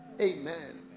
Amen